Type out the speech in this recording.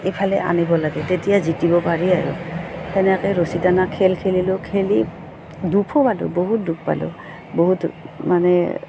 ইফালে আনিব লাগে তেতিয়া জিকিব পাৰি আৰু তেনেকৈ ৰছী টানা খেল খেলিলোঁ খেলি দুখো পালোঁ বহুত দুখ পালোঁ বহুত মানে